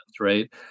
Right